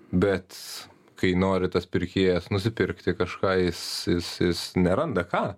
bet kai nori tas pirkėjas nusipirkti kažką jis jis jis neranda ką